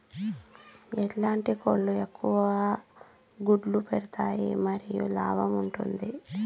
ఎట్లాంటి కోళ్ళు ఎక్కువగా గుడ్లు పెడతాయి మరియు లాభంగా ఉంటుంది?